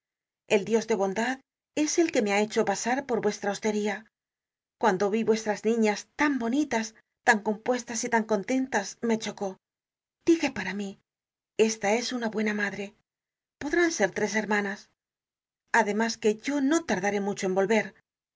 el dios de bondad es el que me ha hecho pasar por vuestra hostería cuando vi vuestras niñas tan bonitas tan compuestas y tan contentas me chocó dije para mí esta es una buena madre podrán ser tres hermanas además que yo no tardaré mucho